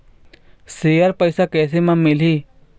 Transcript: Share पैसा कैसे म मिलही?